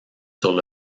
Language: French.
sur